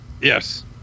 Yes